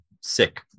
sick